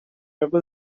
ever